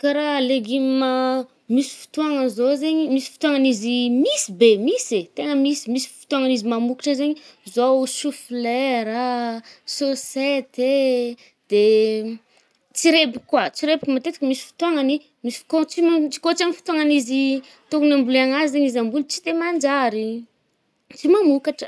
Kà raha légume misy fotoànany zao zaigny. Misy fotoànagny izy i, misy be- misy e-tegna misy, misy fotoàgnany izy mamôkatra zaigny, zao choux-flera a ,sôsety e de tsirebaka koà, tsirebaka matetiky misy fotoànagny i, misy fo-koà tsy mamo-koà tsy amy fotoànany izy tôkogno ambolegna anazy zaigny izy amboly tsy de manajry i ,tsy mamokatra a.